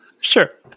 sure